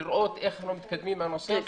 לראות איך אנחנו מתקדמים בנושא הזה,